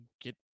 get